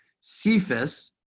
Cephas